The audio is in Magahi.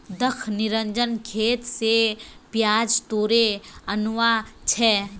दख निरंजन खेत स प्याज तोड़े आनवा छै